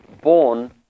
born